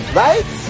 right